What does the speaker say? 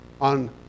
on